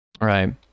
right